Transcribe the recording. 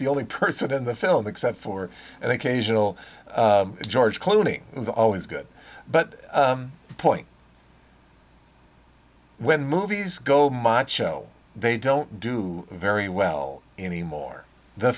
the only person in the film except for and occasional george clooney was always good but the point when movies go macho they don't do very well anymore the